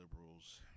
liberals